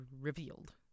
revealed